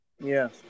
Yes